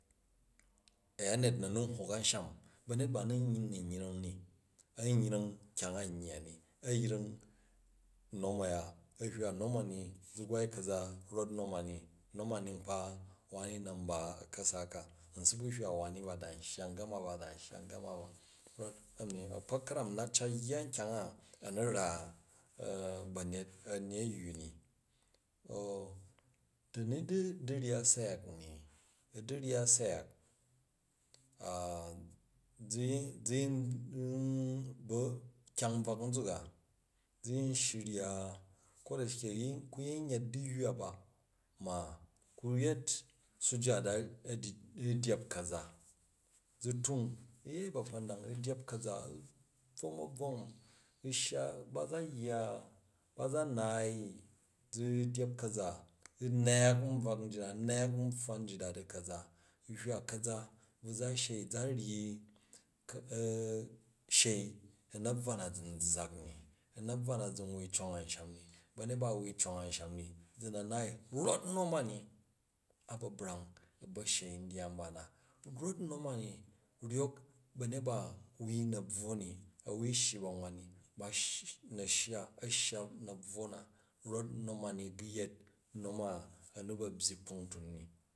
Ayanyet na nan hok a̱usham, ba̱nyet ba a̱nu wu nyung ni, a̱yung kyang an yya ni, a̱ yung nom a̱ya a hywa za gwai ka̱za zof nom ani, nom a̱ya nupa wani nan ba u̱ka̱za ka n suba hywa di wani ba dan n shya gama ba, dan shya gama ba, n na rot a̱kpa̱k ka̱ram n na cat yya kganga a nu reba̱nyet, a̱nyeyya ni, da̱ni diu du̱ryya syak ni u̱ du̱ryya syuk zu yin ba̱ kyang nbvak zuk agu yin shirya, ko da shike ku̱ yin yet du̱yywa ba ma ku̱ yet sajada dyep ka̱za, zu ting u yei ba̱kpa̱ndang u dyep ka̱za u̱ bvom a̱bvom u̱ shya ba za yya, ba za naai i zu̱ dyep ka̱za u nyak nbvak njit da u̱ nyak npffa njit da di ka̱za, u̱ hywa ka̱za bvu za shei za nyyi shei u̱ na̱bvwa na zan zzak ni, u̱ na̱bvwa na zun wii cong a̱nsham ni, za na naai tof nom a̱ni ba̱ brang u̱ba̱ shei ndyya nba na, rof nom ani ryok ba̱uyet ba a̱ wui na̱ bvwo ni a̱ wai shyi ba̱n wan ni ba na̱ shya, a̱ shya na̱ bvwo na rof nom ani gu̱ yet nom a anu ba̱ byyi kpung tun ni.